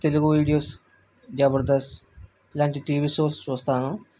Telugu videos Jabardasth ఇలాంటి TV shows చూస్తాను